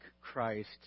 Christ